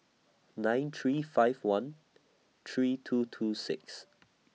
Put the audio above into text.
nine three five one three two two six